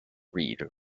reed